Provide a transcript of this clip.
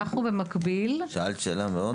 אנחנו במקביל --- שאלת שאלה מאוד טובה.